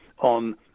on